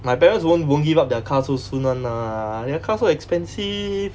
my parents won't won't give up their car so soon [one] lah their car so expensive